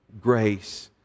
grace